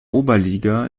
oberliga